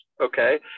Okay